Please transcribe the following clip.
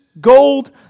gold